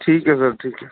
ਠੀਕ ਐ ਸਰ ਠੀਕ ਐ